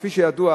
כפי שידוע,